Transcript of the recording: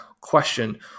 question